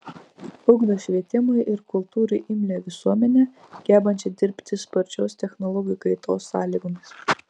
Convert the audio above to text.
ugdo švietimui ir kultūrai imlią visuomenę gebančią dirbti sparčios technologijų kaitos sąlygomis